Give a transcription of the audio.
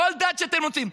כל דת שאתם רוצים,